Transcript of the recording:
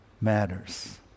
matters